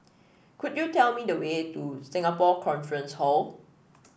could you tell me the way to Singapore Conference Hall